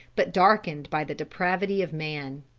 but darkened by the depravity of man.